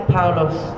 Paulos